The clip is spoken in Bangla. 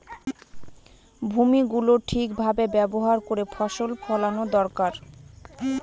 ভূমি গুলো ঠিক ভাবে ব্যবহার করে ফসল ফোলানো দরকার